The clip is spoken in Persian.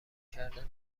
کردن